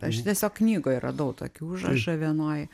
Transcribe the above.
aš tiesiog knygoj radau tokį užrašą vienoj